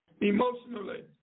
emotionally